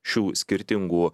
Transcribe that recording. šių skirtingų